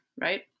right